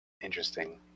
Interesting